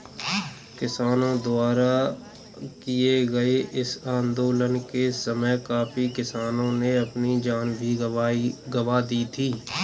किसानों द्वारा किए गए इस आंदोलन के समय काफी किसानों ने अपनी जान भी गंवा दी थी